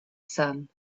sun